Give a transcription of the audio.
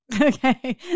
Okay